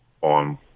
on